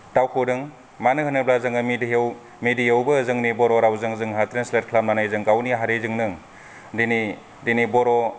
दावखौदों मानो होनोब्ला जोङो मेडियाव मेडियावबो जोंनि बर' राउजों जोंहा ट्रेन्सलेट खालामनानै जों गावनि हारिजोंनो दिनै दिनै बर'